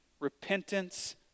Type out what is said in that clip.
Repentance